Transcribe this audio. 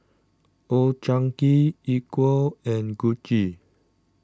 Old Chang Kee Equal and Gucci